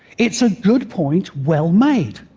it's a good point, well made.